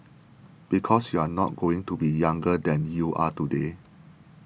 because you are not going to be younger than you are today